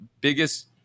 biggest